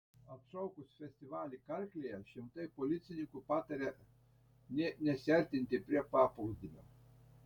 atšaukus festivalį karklėje šimtai policininkų pataria nė nesiartinti prie paplūdimio